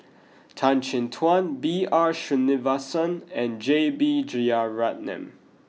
Tan Chin Tuan B R Sreenivasan and J B Jeyaretnam